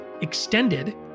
extended